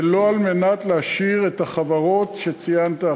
ולא על מנת להעשיר את החברות שציינת,